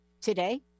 today